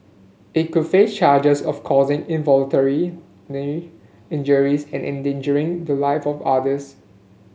it could face charges of causing involuntary injuries and endangering the live of others